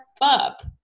up